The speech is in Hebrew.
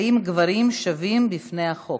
האם גברים שווים בפני החוק.